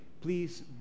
please